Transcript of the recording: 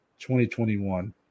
2021